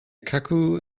cuckoo